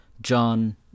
John